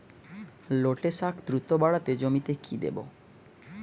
লটে শাখ দ্রুত বাড়াতে জমিতে কি দেবো?